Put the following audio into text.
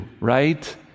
right